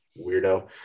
Weirdo